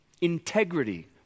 Integrity